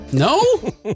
No